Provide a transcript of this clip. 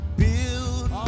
build